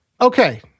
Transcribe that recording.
Okay